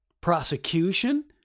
prosecution